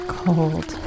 cold